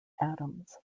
adams